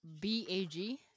b-a-g